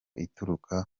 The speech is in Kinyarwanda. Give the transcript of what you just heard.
ituruka